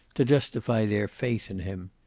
to justify their faith in him.